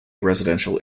residential